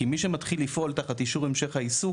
כי מי שמתחיל לפעול תחת אישור המשך העיסוק,